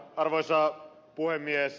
arvoisa puhemies